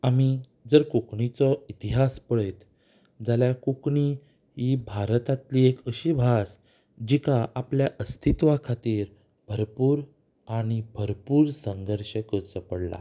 आमी जर कोंकणीचो इतिहास पळयत जाल्यार कोंकणी ही भारतांतली एक अशी भास जिका आपल्या अस्तित्वा खातीर भरपूर आनी भरपूर संघर्श करचो पडला